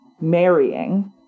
marrying